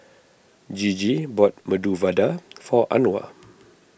Gigi bought Medu Vada for Anwar